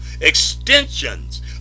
extensions